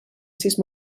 sis